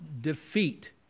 defeat